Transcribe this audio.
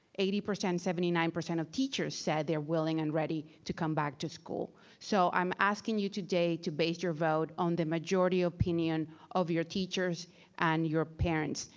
eighty, seventy nine percent of teachers said they're willing and ready to come back to school. so i'm asking you today to base your vote on the majority opinion of your teachers and your parents.